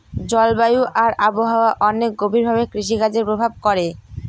জলবায়ু আর আবহাওয়া অনেক গভীর ভাবে কৃষিকাজে প্রভাব করে